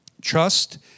Trust